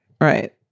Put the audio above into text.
Right